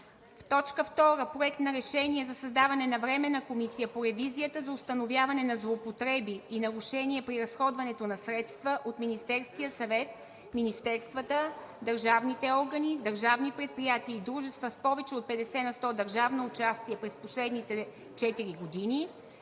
2. Проект на решение за създаване на Временна комисия по ревизията за установяване на злоупотреби и нарушения при разходването на средства от Министерския съвет, министерствата, държавните органи, държавни предприятия и дружества с повече от 50 на сто държавно участие през последните 4 години.